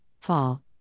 fall